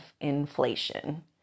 inflation